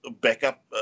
backup